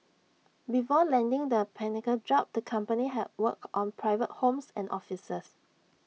before landing the pinnacle job the company had worked on private homes and offices